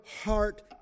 heart